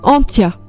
Antia